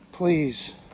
Please